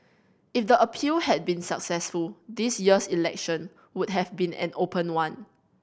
if the appeal had been successful this year's election would have been an open one